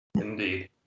Indeed